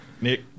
Nick